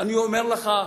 אני אומר לך,